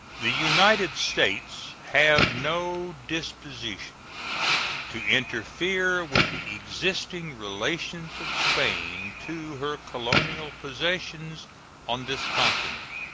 the united states have no disposition to interfere with the existing relations of spain to her colonial possessions on this continent.